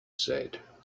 said